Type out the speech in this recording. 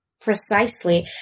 Precisely